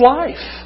life